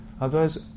Otherwise